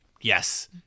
Yes